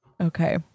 Okay